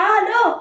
Hello